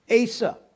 Asa